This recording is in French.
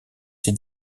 ces